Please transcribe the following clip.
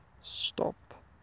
stop